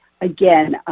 again